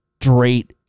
straight